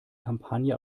kampagne